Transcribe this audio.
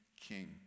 King